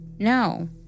No